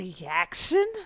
reaction